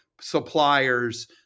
suppliers